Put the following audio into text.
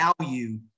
value